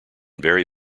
very